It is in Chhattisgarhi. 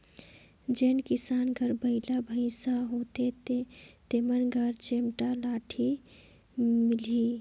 जेन किसान घर बइला भइसा होथे तेमन घर चमेटा लाठी मिलही